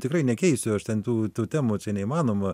tikrai nekeisiu aš ten tų tų temų čia neįmanoma